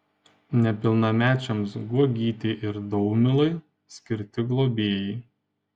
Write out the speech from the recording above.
nepilnamečiams guogytei ir daumilai skirti globėjai